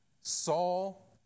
Saul